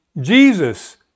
Jesus